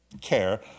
care